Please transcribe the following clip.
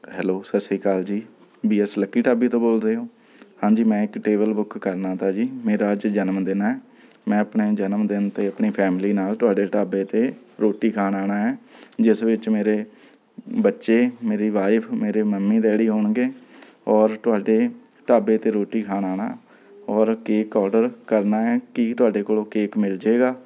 hello Sat Sri Akal ji B S lucky ਢਾਬੇ ਤੋਂ ਬੋਲ ਰਏ ਹੋ ਹਾਂਜੀ ਮੈਂ ਇੱਕ ਟੇਬਲ ਬੁੱਕ ਕਰਨਾ ਤਾ ਜੀ ਮੇਰਾ ਅੱਜ ਜਨਮ ਦਿਨ ਹੈ ਮੈਂ ਆਪਣੇ ਜਨਮ ਦਿਨ 'ਤੇ ਆਪਣੀ ਫੈਮਲੀ ਨਾਲ ਤੁਹਾਡੇ ਢਾਬੇ 'ਤੇ ਰੋਟੀ ਖਾਣ ਆਉਣਾ ਹੈ ਜਿਸ ਵਿੱਚ ਮੇਰੇ ਬੱਚੇ ਮੇਰੀ ਵਾਈਫ ਮੇਰੇ ਮੰਮੀ ਡੈਡੀ ਹੋਣਗੇ ਔਰ ਤੁਹਾਡੇ ਢਾਬੇ 'ਤੇ ਰੋਟੀ ਖਾਣ ਆਉਣਾ ਔਰ ਕੇਕ ਆਰਡਰ ਕਰਨਾ ਹੈ ਕੀ ਤੁਹਾਡੇ ਕੋਲੋਂ ਕੇਕ ਮਿਲ ਜੇਗਾ